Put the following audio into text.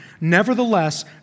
Nevertheless